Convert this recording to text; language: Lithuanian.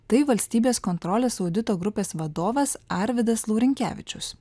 tai valstybės kontrolės audito grupės vadovas arvydas laurinkevičius